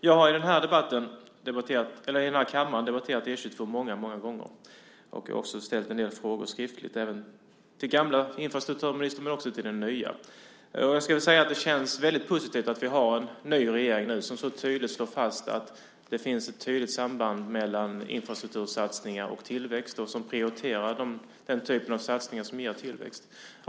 Jag har i denna kammare debatterat E 22 många gånger och också ställt en del skriftliga frågor, till den gamla infrastrukturministern men också till den nya. Det känns väldigt positivt att vi nu har en ny regering, som så tydligt slår fast att det finns ett klart samband mellan infrastruktursatsningar och tillväxt och som prioriterar den typ av satsningar som ger tillväxt.